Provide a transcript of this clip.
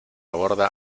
borda